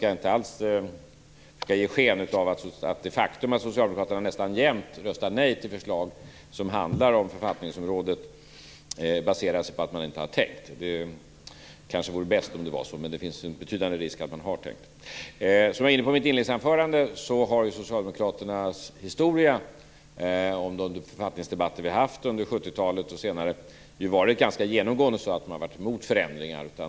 Jag skall därför inte ge sken av att det faktum att Socialdemokraterna nästan jämt röstar nej till förslag som handlar om författningsområdet baserar sig på att de inte har tänkt. Det kanske vore bäst om det vore så, men det finns en betydande risk för att de har tänkt. Som jag sade i mitt inledningsanförande har Socialdemokraternas historia när det gäller de författningsdebatter som vi har haft under 70-talet och senare varit sådan att de ganska genomgående har varit emot förändringar.